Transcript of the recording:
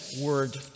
word